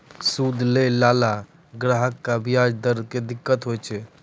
सूद लैय लाला ग्राहक क व्याज दर म दिक्कत होय छै